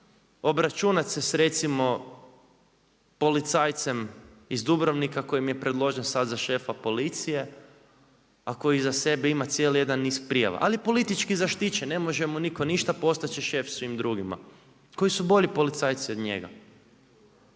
obračunat se s recimo policajcem iz Dubrovnika koji im je predložen sada za šefa policije, a koji iza sebe ima cijeli jedan niz prijava. Ali je politički zaštićen, ne može mu niko ništa, postat će šef svima drugima koji su bolji policajci od njega.